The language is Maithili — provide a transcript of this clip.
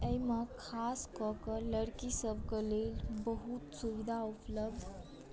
एहिमे खा कऽ कऽ लड़की सभकेँ लेल बहुत सुविधा उपलब्ध